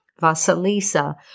Vasilisa